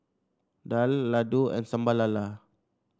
daal laddu and Sambal Lala